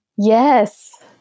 Yes